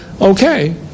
okay